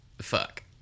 fuck